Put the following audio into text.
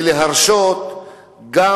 ולהרשות גם